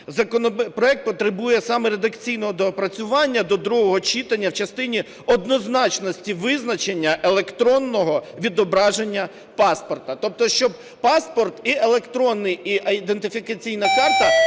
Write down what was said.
законопроект потребує саме редакційного доопрацювання до другого читання в частині однозначності визначення електронного відображення паспорта. Тобто щоб паспорт і електронний, і ідентифікаційна карта